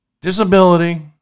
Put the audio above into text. disability